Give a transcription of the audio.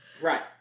Right